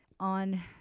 On